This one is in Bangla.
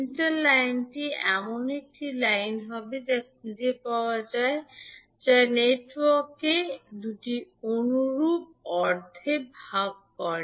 সেন্টার লাইনটি এমন একটি লাইন হবে যা খুঁজে পাওয়া যায় যা নেটওয়ার্ককে দুটি অনুরূপ অর্ধে ভাগ করে